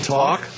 talk